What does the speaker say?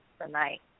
tonight